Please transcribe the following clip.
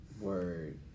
Word